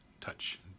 touch